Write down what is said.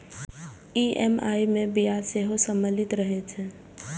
EMI मे ब्याज सेहो सम्मिलित रहै छै